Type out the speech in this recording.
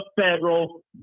federal